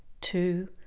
two